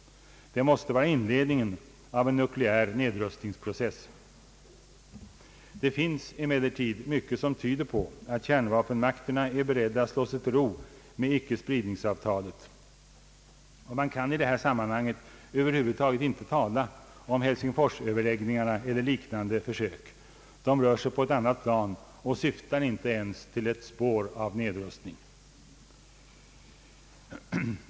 Det måste vara inledningen till en nukleär nedrustningsprocess. Det finns emellertid mycket som tyder på att kärnvapenmakterna är beredda att slå sig till ro med icke-spridningsavtalet. Man kan i det här sammanhanget över huvud taget inte tala om Helsingforsöverläggningarna eller liknande försök. De rör sig på ett annat plan och syftar inte ens till ett spår av nedrustning.